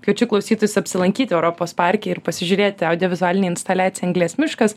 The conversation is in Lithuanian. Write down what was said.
kviečiu klausytojus apsilankyti europos parke ir pasižiūrėti audiovizualinę instaliaciją anglies miškas